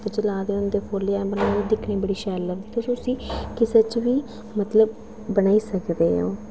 बिच्च लाए दे होंदे फुल्लें आंह्गर बनाए दे होंदे दिक्खने गी बड़े शैल लभदे फ्ही उसी किसै च बी मतलब उसी बनाई सकदे आं